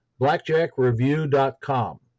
blackjackreview.com